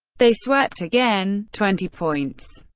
they swept again, twenty points.